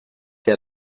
der